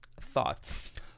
thoughts